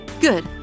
Good